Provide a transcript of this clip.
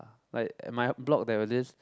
uh like at my block there was this